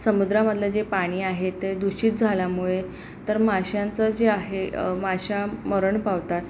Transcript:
समुद्रामधलं जे पाणी आहे ते दूषित झाल्यामुळे तर माशांचं जे आहे मासे मरण पावतात